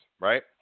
right